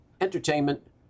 entertainment